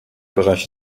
bereich